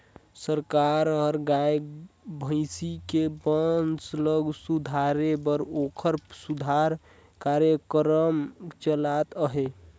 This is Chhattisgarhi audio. सरकार हर गाय, भइसी के बंस ल सुधारे बर ओखर सुधार कार्यकरम चलात अहे